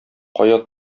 кая